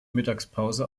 mittagspause